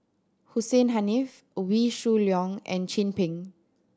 Hussein Haniff Wee Shoo Leong and Chin Peng